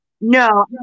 no